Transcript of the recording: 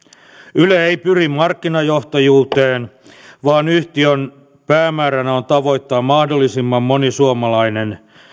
yle ei pyri markkinajohtajuuteen vaan yhtiön päämääränä on tavoittaa mahdollisimman moni suomalainen